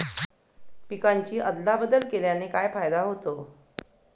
पिकांची अदला बदल केल्याने काय फायदा होतो?